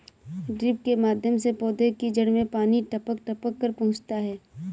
drip के माध्यम से पौधे की जड़ में पानी टपक टपक कर पहुँचता है